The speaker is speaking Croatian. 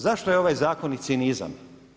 Zašto je ovaj zakon i cinizam?